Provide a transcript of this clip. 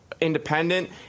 independent